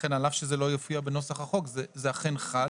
ולכן על אף שזה לא יופיע בנוסח החוק זה אכן חל,